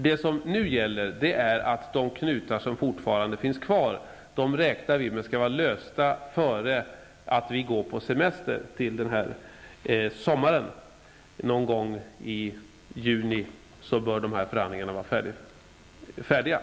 Vad som nu gäller är att kvarvarande knutar skall vara lösta före sommarsemestern. Förhandlingarna bör vara färdiga någon gång i juni månad.